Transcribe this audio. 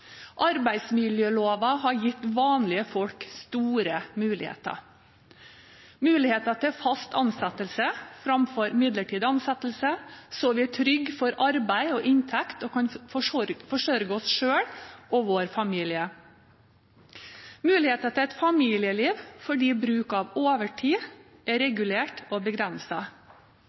arbeidsmiljøloven. Arbeidsmiljøloven har gitt vanlige folk store muligheter – muligheter til fast ansettelse framfor midlertidig ansettelse så vi har trygghet for arbeid og inntekt og kan forsørge oss selv og vår familie, og muligheter til et familieliv fordi bruk av overtid er regulert og